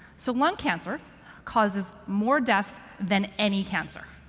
so lung cancer causes more deaths than any cancer.